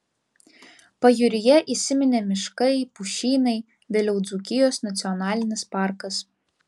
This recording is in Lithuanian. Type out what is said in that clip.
pajūryje įsiminė miškai pušynai vėliau dzūkijos nacionalinis parkas